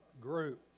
group